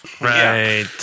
Right